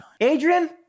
Adrian